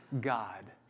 God